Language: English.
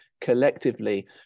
collectively